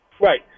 Right